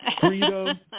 Freedom